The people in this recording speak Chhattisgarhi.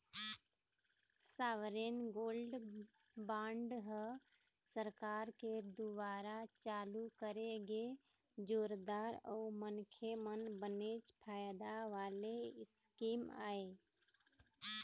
सॉवरेन गोल्ड बांड ह सरकार के दुवारा चालू करे गे जोरदार अउ मनखे मन बनेच फायदा वाले स्कीम आय